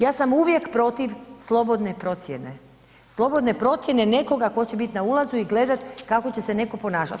Ja sam uvijek protiv slobodne procjene, slobodne procjene nekoga tko će biti na ulazu i gledat kako će se netko ponašat.